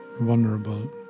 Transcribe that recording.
vulnerable